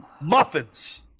muffins